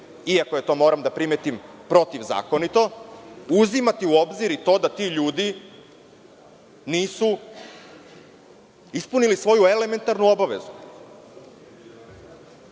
iako je to, moram da primetim protivzakonito, uzimati u obzir i to da ti ljudi nisu ispunili svoju elementarnu obavezu.